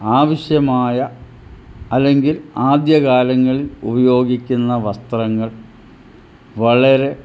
ആവശ്യമായ അല്ലെങ്കിൽ ആദ്യകാലങ്ങളിൽ ഉപയോഗിക്കുന്ന വസ്ത്രങ്ങൾ വളരെ